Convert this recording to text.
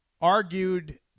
argued